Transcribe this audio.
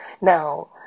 now